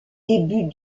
début